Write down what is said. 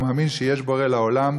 הוא מאמין שיש בורא לעולם,